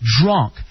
Drunk